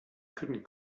couldn’t